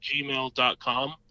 gmail.com